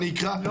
אני אקרא.